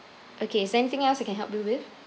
okay is there anything else I can help you with